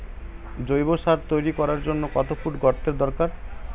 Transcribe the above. জৈব সার তৈরি করার জন্য কত ফুট গর্তের দরকার?